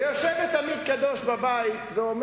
יושבת עמית קדוש ואומרת: